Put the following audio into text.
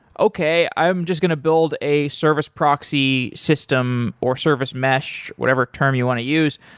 okay. i am just going to build a service proxy system or service mesh, whatever term you want to use,